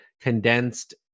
condensed